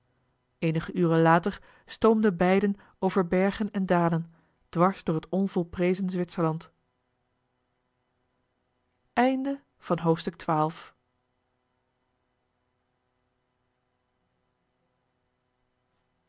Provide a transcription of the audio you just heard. eenige uren later stoomden beiden over bergen en dalen dwars door het onvolprezen zwitserland